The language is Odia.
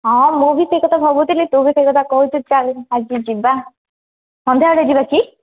ହଁ ମୁଁ ବି ସେହି କଥା ଭାବୁଥିଲି ତୁ ବି ସେହି କଥା କହୁଛୁ ଚାଲ ଆଜି ଯିବା ସନ୍ଧ୍ୟା ବେଳେ ଯିବା କି